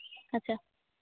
ᱟᱪᱪᱷᱟ